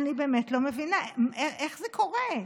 אני באמת לא מבינה איך זה קורה.